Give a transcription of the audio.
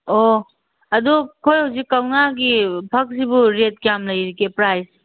ꯑꯣ ꯑꯗꯨ ꯑꯩꯈꯣꯏ ꯍꯧꯖꯤꯛ ꯀꯧꯅꯥꯒꯤ ꯐꯛꯁꯤꯕꯨ ꯔꯦꯠ ꯀꯌꯥꯝ ꯂꯩꯔꯤꯒꯦ ꯄ꯭ꯔꯥꯏꯁ